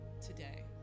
today